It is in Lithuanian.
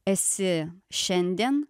esi šiandien